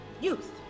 youth